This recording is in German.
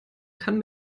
kann